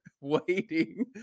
waiting